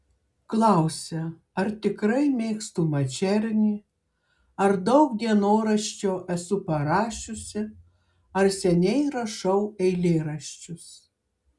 klausia ar tikrai mėgstu mačernį ar daug dienoraščio esu parašiusi ar seniai rašau eilėraščius